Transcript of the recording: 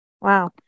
Wow